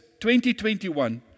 2021